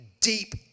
deep